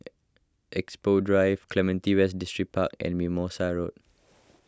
Expo Drive Clementi West Distripark and Mimosa Road